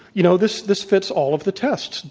you know, this this fits all of the tests.